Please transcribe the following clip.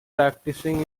practicing